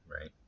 right